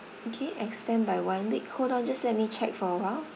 okay extend by one week hold on just let me check for awhile